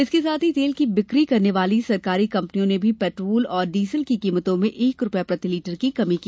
इसके साथ ही तेल की बिक्री करने वाली सरकारी कंपनियों ने भी पेट्रोल और डीजल की कीमतों में एक रूपये प्रति लीटर की कमी की